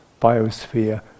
biosphere